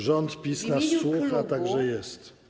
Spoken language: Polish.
Rząd PiS nas słucha, tak że jest.